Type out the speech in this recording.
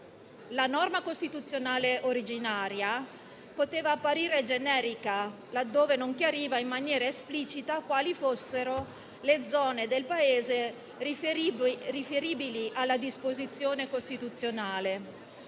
La norma costituzionale originaria poteva apparire generica laddove non chiariva in maniera esplicita quali fossero le zone del Paese riferibili alla disposizione costituzionale.